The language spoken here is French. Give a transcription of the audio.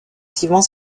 activement